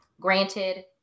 Granted